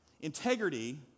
Integrity